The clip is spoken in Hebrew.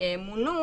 מונו